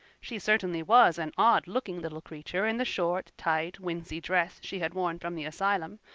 she certainly was an odd-looking little creature in the short tight wincey dress she had worn from the asylum,